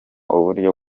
uburyo